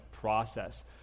process